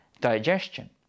digestion